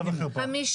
יש